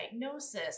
diagnosis